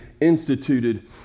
instituted